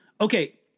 Okay